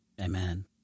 Amen